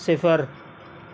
صفر